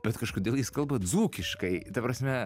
bet kažkodėl jis kalba dzūkiškai ta prasme